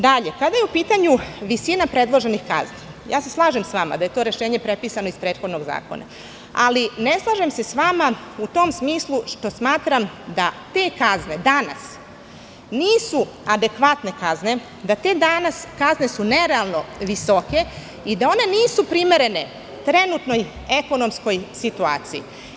Dalje, kada je u pitanju visina predloženih kazni, slažem se sa vama da je to rešenje prepisano iz prethodnog zakona, ali ne slažem se sa vama u tom smislu što smatram da te kazne danas nisu adekvatne kazne, da su te kazne danas nerealno visoke i da one nisu primerene trenutnoj ekonomskoj situaciji.